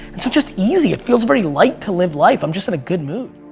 it's it's just easy. it feels very light to live life. i'm just in a good mood.